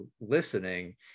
listening